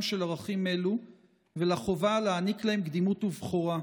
של ערכים אלו ולחובה להעניק להם קדימות ובכורה.